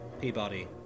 Peabody